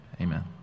Amen